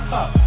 up